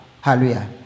hallelujah